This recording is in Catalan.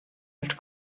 els